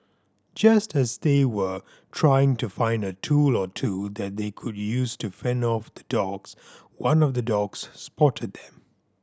just as they were trying to find a tool or two that they could use to fend off the dogs one of the dogs spotted them